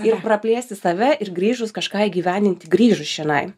ir praplėsti save ir grįžus kažką įgyvendinti grįžus čionai